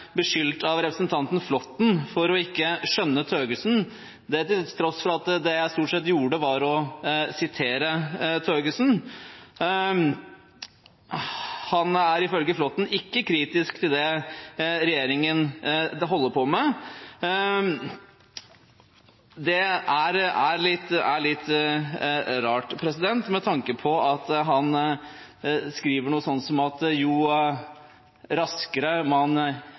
beskyldt av representanten Flåtten for ikke å skjønne Øystein Thøgersen, til tross for at det jeg stort sett gjorde, var å sitere Thøgersen. Han er ifølge Flåtten ikke kritisk til det regjeringen holder på med. Det er litt rart, med tanke på at han skriver noe sånt som at jo raskere man